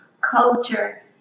culture